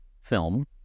film